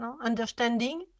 understanding